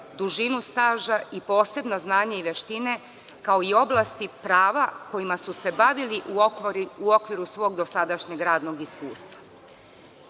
dužinu staža i posebno znanje i veštine, kao i oblasti prava kojima su se bavili u okviru svog dosadašnjeg radnog iskustva.